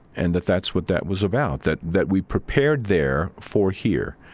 and that that's what that was about, that that we prepared there for here.